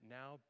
now